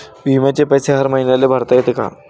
बिम्याचे पैसे हर मईन्याले भरता येते का?